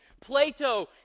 Plato